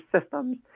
systems